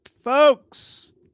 Folks